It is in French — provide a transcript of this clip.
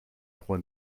trois